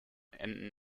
enten